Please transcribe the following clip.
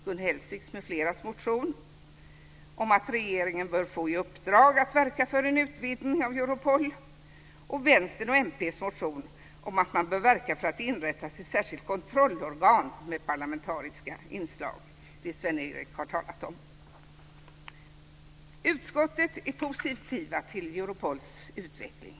Gun Hellsvik m.fl. har en reservation om att regeringen bör få i uppdrag att verka för en utvidgning om Europol. Vänstern och Miljöpartiet har en reservation om att man bör verka för att det inrättas ett särskilt kontrollorgan med parlamentariska inslag, som Sven-Erik Sjöstrand har talat om. Utskottet är positivt till Europols utveckling.